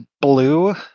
blue